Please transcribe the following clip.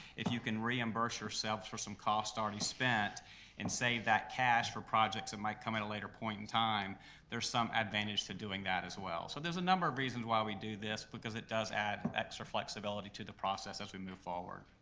if you can reimburse yourselves for some costs already spent and save that cash for projects that and might come at a later point there's some advantage to doing that as well. so there's a number of reasons why we do this because it does add extra flexibility to the process as we move forward.